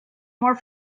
more